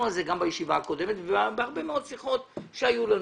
על זה גם בישיבה הקודמת ובהרבה מאוד שיחות שהיו לנו.